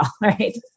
right